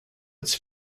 its